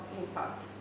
impact